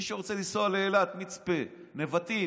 מי שירצה לנסוע לאילת, מצפה, נבטים,